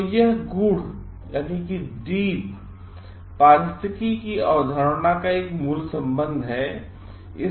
तो यह गूढ़ पारिस्थितिकी की अवधारणा का एक मूल संबंध है